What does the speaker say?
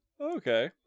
Okay